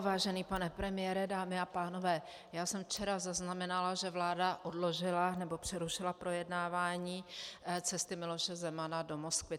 Vážený pane premiére, dámy a pánové, já jsem včera zaznamenala, že vláda odložila, nebo přerušila projednávání cesty Miloše Zemana do Moskvy.